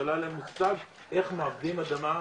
ולא היה להם מושג איך מעבדים אדמה.